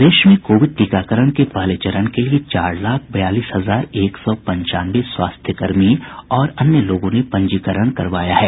प्रदेश में कोविड टीकाकरण के पहले चरण के लिए चार लाख बयालीस हजार एक सौ पंचानवे स्वास्थ्यकर्मी और अन्य लोगों ने पंजीकरण करवाया है